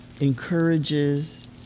encourages